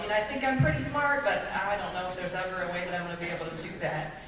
and i think i'm pretty smart but i don't know if there's ever a way that i'm going to be able to do that.